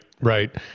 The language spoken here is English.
right